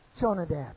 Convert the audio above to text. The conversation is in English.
Jonadab